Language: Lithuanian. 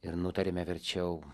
ir nutarėme verčiau